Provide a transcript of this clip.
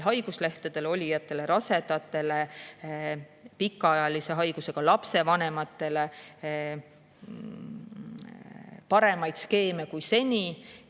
haiguslehtedel olijatele, rasedatele kui ka pikaajalise haigusega lapse vanematele paremaid skeeme kui seni